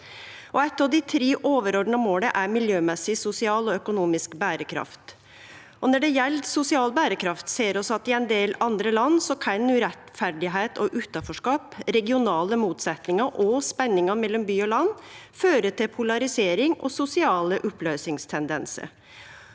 Eitt av dei tre overordna måla er miljømessig, sosial og økonomisk berekraft. Når det gjeld sosial berekraft, ser vi at i ein del andre land kan urettferd og utanforskap, regionale motsetningar og spenningar mellom by og land føre til polarisering og sosiale oppløysingstendensar.